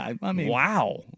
Wow